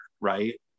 right